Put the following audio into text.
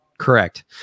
Correct